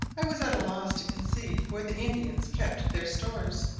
i was at a loss to conceive where the indians kept their stores,